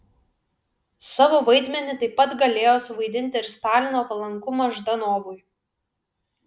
savo vaidmenį taip pat galėjo suvaidinti ir stalino palankumas ždanovui